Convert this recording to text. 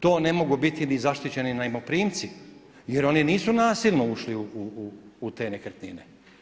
To ne mogu biti ni zaštićeni najmoprimci jer oni nisu nasilno ušli u te nekretnine.